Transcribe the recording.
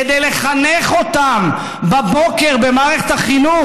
כדי לחנך אותם בבוקר במערכת החינוך,